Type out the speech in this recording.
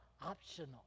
optional